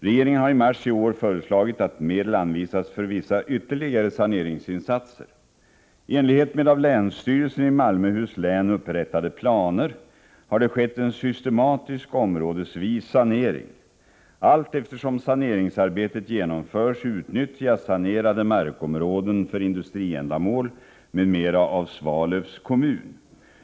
Regeringen har i mars i år föreslagit att medel anvisas för vissa ytterligare saneringsinsatser. I enlighet med av länsstyrelsen i Malmöhus län upprättade planer har det skett en systematisk, områdesvis sanering. Allteftersom saneringsarbetet genomförs utnyttjas sanerade markområden för industriändamål m.m. av Svalövs kommun.